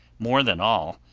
more than all,